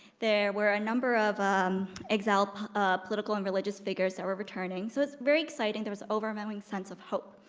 there were a number of exiled political and religious figures that were returning, so it was very exciting. there was an overwhelming sense of hope.